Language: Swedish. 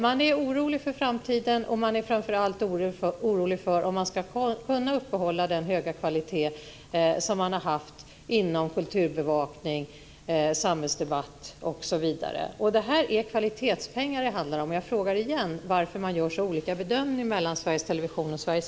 Man är orolig för framtiden, och man är framför allt orolig för om man ska kunna uppehålla den höga kvalitet som man har haft inom kulturbevakning, samhällsdebatt osv. Det är kvalitetspengar som det handlar om här. Jag frågar igen varför man gör så olika bedömning av Sveriges